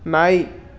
ನಾಯಿ